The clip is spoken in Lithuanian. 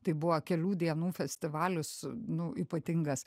tai buvo kelių dienų festivalis nu ypatingas